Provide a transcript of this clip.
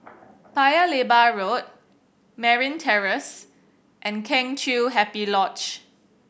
Paya Lebar Road Merryn Terrace and Kheng Chiu Happy Lodge